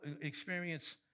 experience